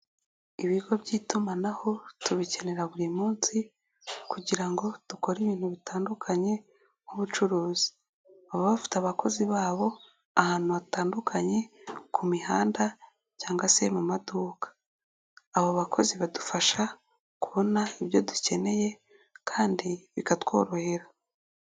Ibigo by'itumanaho, tubikenera buri munsi, kugira ngo dukore ibintu bitandukanye nk'ubucuruzi, baba bafite abakozi babo ahantu hatandukanye ku mihanda cyangwa se mu maduka, abo bakozi badufasha kubona ibyo dukeneye kandi bikatworohera.